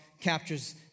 captures